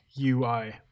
ui